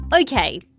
Okay